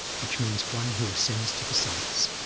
which means one who ascends to the summits,